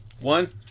One